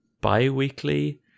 bi-weekly